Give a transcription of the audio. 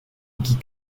guy